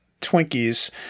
Twinkies